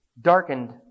darkened